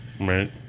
Right